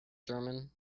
german